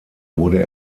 wurde